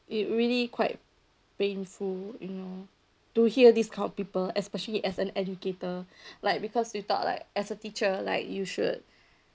it really quite painful you know to hear these kind of people especially as an educator like because you thought like as a teacher like you should